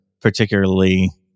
particularly